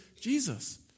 Jesus